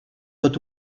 tot